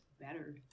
better